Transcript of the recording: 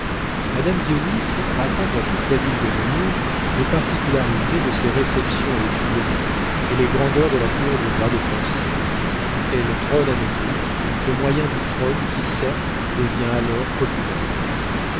madame dionis raconte à toute la ville de nemours les particularités de ses réceptions aux tuileries et les grandeurs de la cour du roi des français elle trône à nemours au moyen du trône qui certes devient alors populaire